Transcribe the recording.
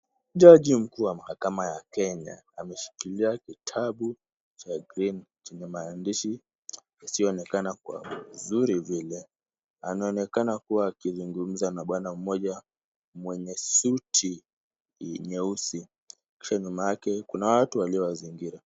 Jaji mkuu wa mahakama ya Kenya ameshikilia kitabu cha green chenye maandishi isiyoonekana kwa uzuri vile. Anaonekana kuwa akizungumza na bwana mmoja mwenye suti nyeusi kisha nyuma yake kuna watu walio wa zingira.